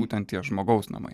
būtent tie žmogaus namai